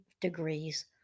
degrees